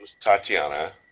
Tatiana